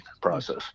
process